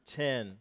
ten